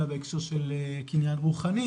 אלא בהקשר של קניין רוחני,